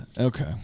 Okay